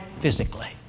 physically